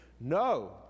No